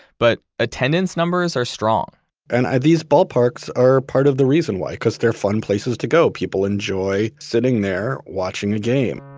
but attendance numbers are strong and these ballparks are part of the reason why because they're fun places to go. people enjoy sitting there watching a game